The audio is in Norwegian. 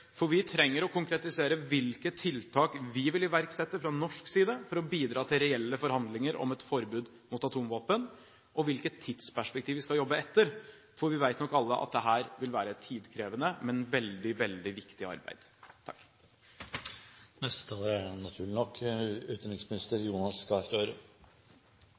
for vi trenger å konkretisere hvilke tiltak vi vil iverksette fra norsk side for å bidra til reelle forhandlinger om et forbud mot atomvåpen, og hvilket tidsperspektiv vi skal jobbe etter, for vi vet nok alle at dette vil være et tidkrevende, men veldig, veldig viktig arbeid.